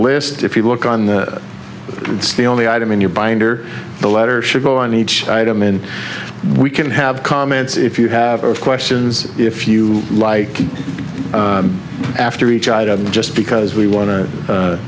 list if you look on the only item in your binder the letter should go on each item in we can have comments if you have a questions if you like after each item just because we wan